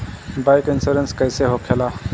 Bike insurance कैसे होखे ला?